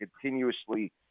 continuously